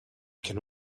can